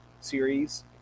series